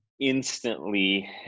instantly